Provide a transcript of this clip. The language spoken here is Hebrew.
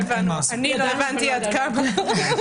אני לא הבנתי עד כמה.